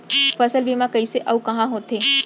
फसल बीमा कइसे अऊ कहाँ होथे?